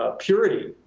ah purity.